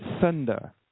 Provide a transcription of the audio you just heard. thunder